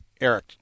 Eric